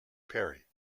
perry